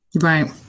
Right